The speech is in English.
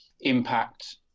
impact